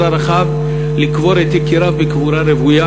הרחב לקבור את יקיריו בקבורה רוויה,